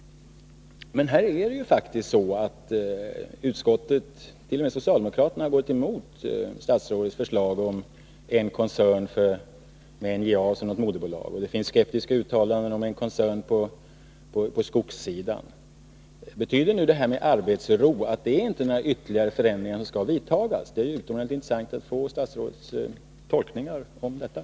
Men här har faktiskt utskottet och t.o.m. socialdemokraterna gått emot statsrådets förslag om en koncern med NJA som moderbolag. Det finns också skeptiska uttalanden om en koncern på skogssidan. Betyder nu detta med arbetsro att det inte skall vidtas några ytterligare förändringar? Det vore utomordentligt intressant att få höra statsrådets tolkning på den punkten.